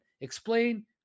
explain